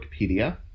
Wikipedia